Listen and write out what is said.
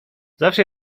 zawsze